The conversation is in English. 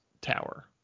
tower